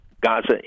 Gaza